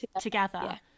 together